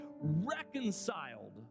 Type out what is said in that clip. reconciled